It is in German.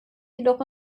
jedoch